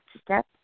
step